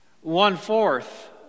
One-fourth